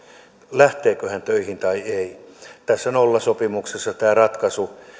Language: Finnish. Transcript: lähteekö hän töihin tai ei tässä nollasopimuksessa tämä ratkaisu